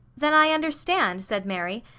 then i understand, said mary,